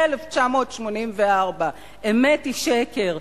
זה "1984" אמת היא שקר,